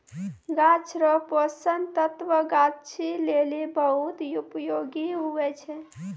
गाछ रो पोषक तत्व गाछी लेली बहुत उपयोगी हुवै छै